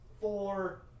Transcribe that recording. Four